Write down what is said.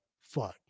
fun